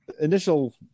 initial